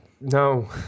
No